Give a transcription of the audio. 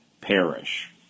perish